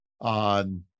on